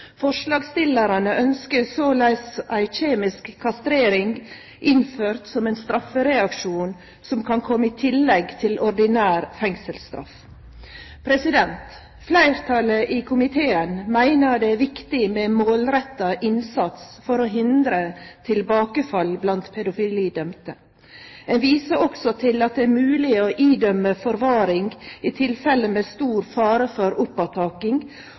Forslagsstillarane ønskjer såleis ei kjemisk kastrering innført som ein straffereaksjon som kan kome i tillegg til ordinær fengselsstraff. Fleirtalet i komiteen meiner det er viktig med målretta innsats for å hindre tilbakefall blant pedofilidømde. Ein viser også til at det er mogleg å dømme til forvaring i tilfelle med stor fare for oppattaking,